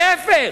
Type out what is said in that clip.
להיפך,